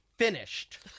Finished